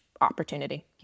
opportunity